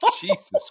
Jesus